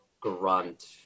grunt